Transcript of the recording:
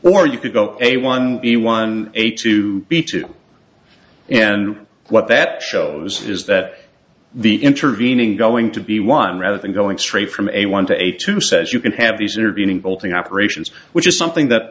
or you could go a one b one a to b two and what that shows is that the intervening going to be one rather than going straight from a one to a two says you can have these intervening bolting operations which is something